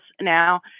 now